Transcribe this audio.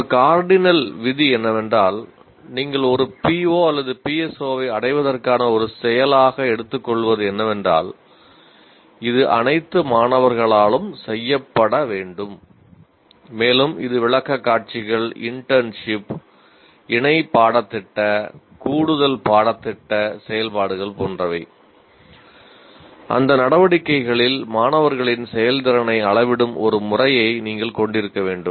ஒரு கார்டினல் விதி என்னவென்றால் நீங்கள் ஒரு PO அல்லது PSOவைப் அடைவதற்கான ஒரு செயலாக எடுத்துக்கொள்வது என்னவென்றால் இது அனைத்து மாணவர்களாலும் செய்யப்பட வேண்டும் மேலும் இது விளக்கக்காட்சிகள் இன்டர்ன்ஷிப் இணை பாடத்திட்ட கூடுதல் பாடத்திட்ட செயல்பாடுகள் போன்றவை அந்த நடவடிக்கைகளில் மாணவர்களின் செயல்திறனை அளவிடும் ஒரு முறையை நீங்கள் கொண்டிருக்க வேண்டும்